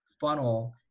funnel